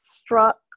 struck